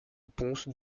ponce